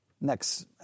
Next